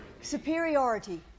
Superiority